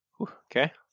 Okay